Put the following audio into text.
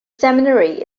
seminary